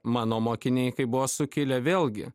mano mokiniai kai buvo sukilę vėlgi